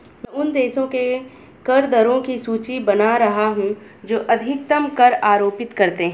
मैं उन देशों के कर दरों की सूची बना रहा हूं जो अधिकतम कर आरोपित करते हैं